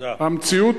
המציאות